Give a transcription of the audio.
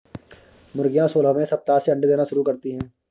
मुर्गियां सोलहवें सप्ताह से अंडे देना शुरू करती है